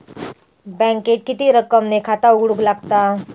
बँकेत किती रक्कम ने खाता उघडूक लागता?